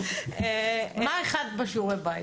--- מה הכנת בשיעורי בית?